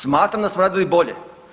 Smatram da smo radili bolje.